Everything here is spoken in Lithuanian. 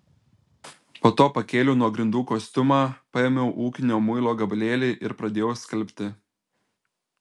po to pakėliau nuo grindų kostiumą paėmiau ūkinio muilo gabalėlį ir pradėjau skalbti